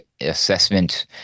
assessment